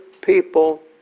people